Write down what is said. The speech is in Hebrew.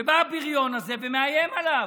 ובא הבריון הזה ומאיים עליו,